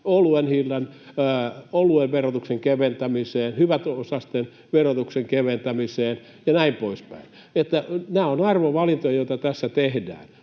oluen verotuksen keventämiseen, hyväosaisten verotuksen keventämiseen ja näin poispäin. Nämä ovat arvovalintoja, joita tässä tehdään.